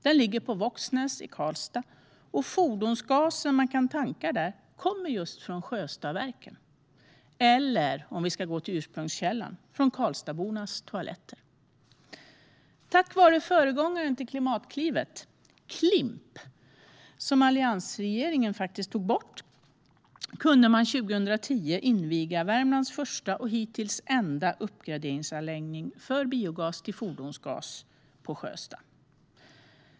Den ligger på Våxnäs i Karlstad, och fordonsgasen man kan tanka där kommer från Sjöstadsverket - eller, om vi ska gå till ursprungskällan, från Karlstadsbornas toaletter. Tack vare föregångaren till Klimatklivet - Klimp, som alliansregeringen tog bort - kunde man 2010 inviga Värmlands första, och hittills enda, uppgraderingsanläggning för biogas till fordonsgas på Sjöstad.